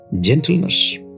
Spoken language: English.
gentleness